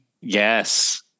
Yes